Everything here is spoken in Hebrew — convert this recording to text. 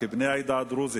כבני העדה הדרוזית,